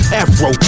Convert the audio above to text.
afro